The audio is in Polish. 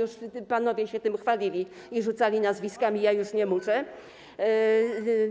już panowie się tym chwalili i rzucali nazwiskami, ja już nie muszę,